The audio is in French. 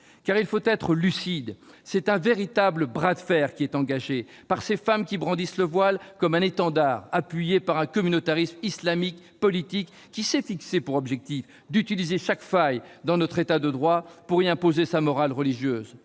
Car il faut être lucide, c'est un véritable bras de fer qui est engagé par ces femmes brandissant le voile comme un étendard, appuyées par un communautarisme islamiste, politique, qui s'est fixé pour objectif d'utiliser chaque faille dans notre État de droit pour y imposer sa morale religieuse,